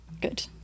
good